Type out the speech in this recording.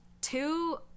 two